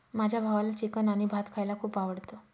माझ्या भावाला चिकन आणि भात खायला खूप आवडतं